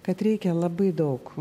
kad reikia labai daug